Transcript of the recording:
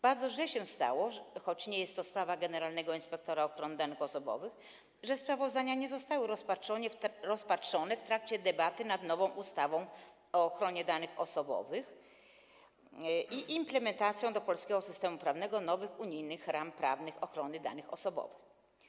Bardzo źle się stało, choć nie jest to sprawa generalnego inspektora ochrony danych osobowych, że sprawozdania nie zostały rozpatrzone w trakcie debaty nad nową ustawą o ochronie danych osobowych i implementacją do polskiego systemu prawnego nowych unijnych ram prawnych dotyczących ochrony danych osobowych.